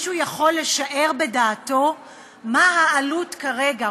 מישהו יכול לשער בדעתו מה העלות כרגע,